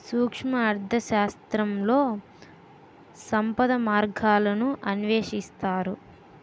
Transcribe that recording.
సూక్ష్మ అర్థశాస్త్రంలో సంపద మార్గాలను అన్వేషిస్తారు